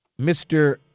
Mr